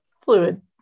fluid